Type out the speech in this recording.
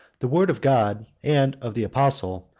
the word of god, and of the apostle,